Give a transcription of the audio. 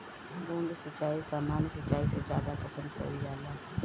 बूंद सिंचाई सामान्य सिंचाई से ज्यादा पसंद कईल जाला